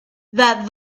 that